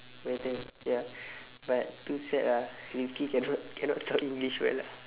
better ya but too sad ah rifqi cannot cannot talk english well ah